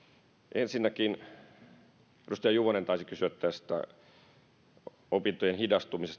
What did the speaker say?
ensinnäkin edustaja juvonen taisi kysyä muutoksesta opintojen hidastumisen